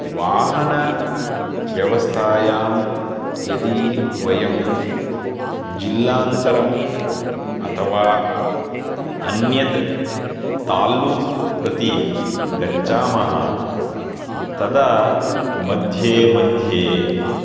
वाहनव्यवस्थायां यदि वयं जिल्लान्तरम् अथवा अन्यत् ताल्लूक् प्रति गच्छामः तदा मध्ये मध्ये